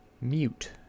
mute